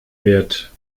wird